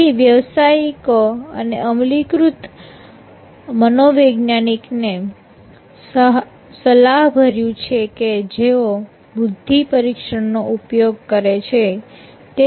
તેથી વ્યવસાયિકો અને અમલીકૃત મનોવૈજ્ઞાનિકને સલાહભર્યું છે કે જેઓ બુદ્ધિ પરીક્ષણનો ઉપયોગ કરે છે